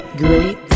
great